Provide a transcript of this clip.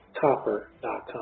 copper.com